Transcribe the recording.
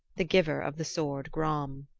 the giver of the sword gram.